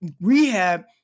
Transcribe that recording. rehab